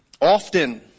Often